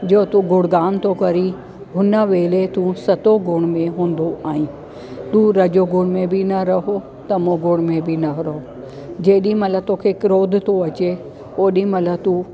जो तू गुणगान थो करी हुन वेले तूं सतो गुण में हूंदो आई तू रजो गुण में बि न रहो तमो गुण में बि न रहो जेॾी महिल तोखे क्रोध थो अचे ओॾी महिल तू